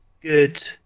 good